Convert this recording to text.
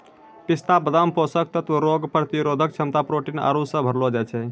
पिस्ता बादाम पोषक तत्व रोग प्रतिरोधक क्षमता प्रोटीन आरु से भरलो छै